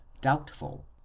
doubtful